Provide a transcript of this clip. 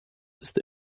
ist